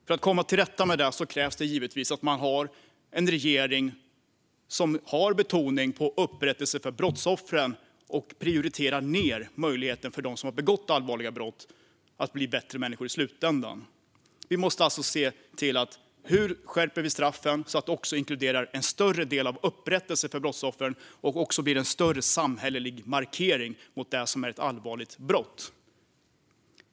För att komma till rätta med detta krävs det givetvis att vi har en regering som betonar upprättelse för brottsoffren och prioriterar ned möjligheterna för dem som har begått allvarliga brott att i slutändan bli bättre människor. Vi måste alltså titta på hur vi skärper straffen så att de också inkluderar en större del av upprättelse för brottsoffren och blir en större samhällelig markering mot det som är allvarliga brott.